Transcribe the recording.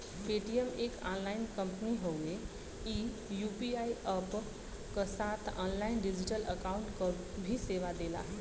Paytm एक online company हउवे ई यू.पी.आई अप्प क साथ ऑनलाइन डिजिटल अकाउंट क भी सेवा देला